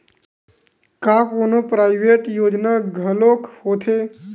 का कोनो प्राइवेट योजना घलोक होथे?